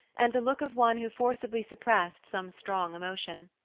and the look of one who forcibly suppressed some strong emotion.